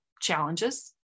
challenges